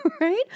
right